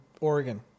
Oregon